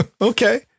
Okay